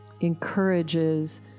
encourages